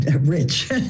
Rich